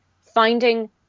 finding